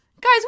Guys